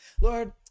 Lord